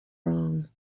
wrong